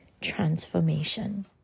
transformation